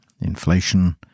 inflation